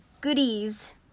goodies